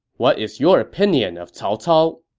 what is your opinion of cao cao?